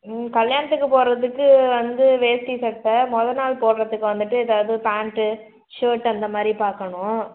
ம் கல்யாணத்துக்கு போடுறதுக்கு வந்து வேஷ்டி சட்டை முதல் நாள் போடுறதுக்கு வந்துகிட்டு ஏதாவது பேண்ட்டு ஷேர்ட் அந்த மாதிரி பார்க்கணும்